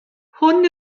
hwn